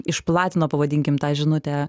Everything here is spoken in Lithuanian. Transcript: išplatino pavadinkim tą žinutę